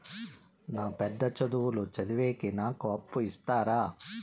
నేను పెద్ద చదువులు చదివేకి నాకు అప్పు ఇస్తారా